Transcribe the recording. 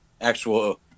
actual